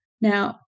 Now